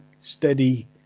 steady